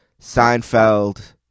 Seinfeld